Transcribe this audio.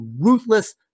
ruthless